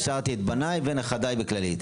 והשארתי את בניי ונכדיי ב"כללית".